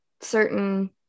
certain